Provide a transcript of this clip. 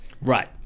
Right